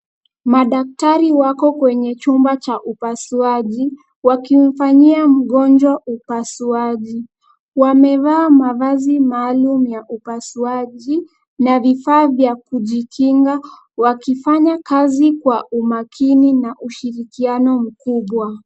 Madaktari wako kwenye chumba cha upasuaji wakimfanyia mgonjwa upasuaji. Wamevaa mavazi maalum ya upasuaji na vifaa vya kujikinga, wakifanya kazi kwa umakini na ushirikiano mkubwa.